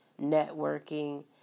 Networking